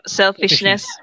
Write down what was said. selfishness